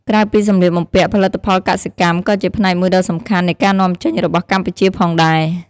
ក្រៅពីសម្លៀកបំពាក់ ផលិតផលកសិកម្ម ក៏ជាផ្នែកមួយដ៏សំខាន់នៃការនាំចេញរបស់កម្ពុជាផងដែរ។